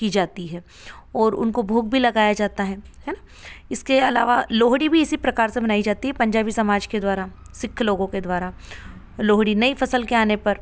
की जाती है ओर उनको भोग भी लगाया जाता है है ना इसके अलावा लोहड़ी भी इसी प्रकार से मनाई जाती है पंजाबी समाज के द्वारा सिख लोगों के द्वारा लोहड़ी नई फसल के आने पर